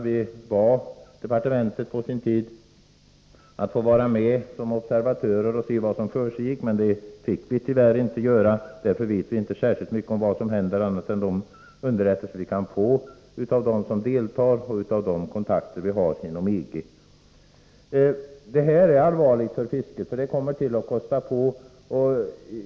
Vi bad en gång departementet att få vara med som observatörer och se vad som försiggick, men det fick vi tyvärr inte. Därför vet vi inte särskilt mycket om vad som händer. Vi har bara underrättelser från dem som deltar — alltså genom de kontakter vi har inom EG -— att gå efter. Detta är allvarligt för fisket, för det kommer att kosta på.